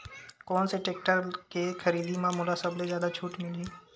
कोन से टेक्टर के खरीदी म मोला सबले जादा छुट मिलही?